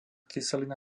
kyselina